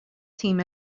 team